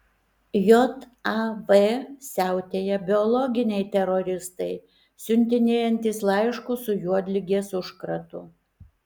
jav siautėja biologiniai teroristai siuntinėjantys laiškus su juodligės užkratu